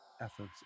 efforts